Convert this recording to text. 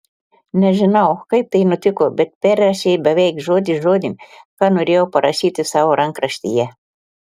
nežinau kaip tai nutiko bet perrašei beveik žodis žodin ką norėjau parašyti savo rankraštyje